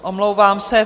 Omlouvám se.